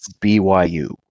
BYU